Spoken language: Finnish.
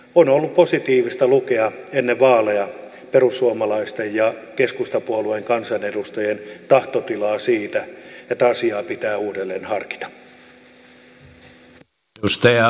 on ollut positiivista lukea ennen vaaleja perussuomalaisten ja keskustapuolueen kansanedustajien tahtotilaa siitä että asiaa pitää uudelleen harkita